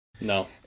No